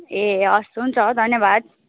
ए हवस् हुन्छ धन्यवाद